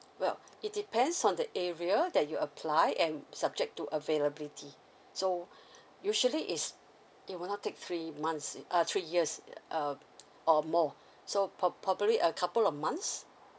well it depends on the area that you apply and subject to availability so usually is it will not take three months uh three years uh or more so pro~ probably a couple of months